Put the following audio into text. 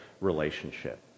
relationship